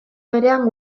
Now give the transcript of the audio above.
berean